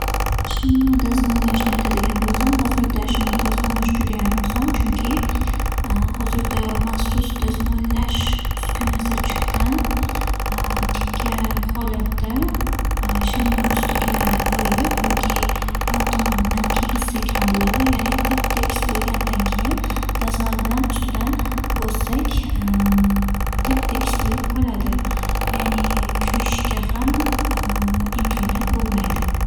Gilamdagi dog'ni qanday qilib yo'qotsak bo'ladi, demak gilamda dog' bo'ladigan bo'lsa, so-oddiy sodali suvga qattiqroq matoni yaxshilab to'yintirib, o'sha dog'li joyiga qo'yib ishqalashimiz kerak. O'sha ishqalaganda u dog' ketishi kerak.